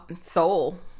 soul